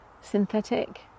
synthetic